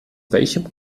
welchem